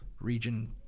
region